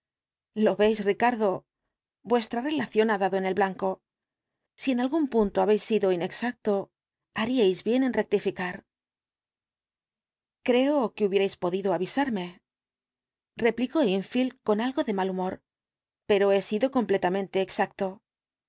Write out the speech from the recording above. lo veis ricardo vuestra relación ha dado en el blanco si en algún punto habéis sido inexacto haríais bien en rectificar creo que hubierais podido avisarme replicó enfield con algo de mal humor pero he sido completamente exacto